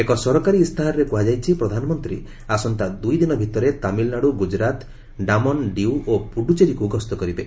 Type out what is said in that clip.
ଏକ ସରକାରୀ ଇସ୍ତାହାରରେ କୁହାଯାଇଛି ପ୍ରଧାନମନ୍ତ୍ରୀ ଆସନ୍ତା ଦୁଇଦିନ ଭିତରେ ତାମିଲନାଡୁ ଗୁଜରାତ ଡାମନ ଡିଉ ଓ ପୁଡୁଚେରୀକୁ ଗସ୍ତ କରିବେ